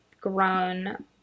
grown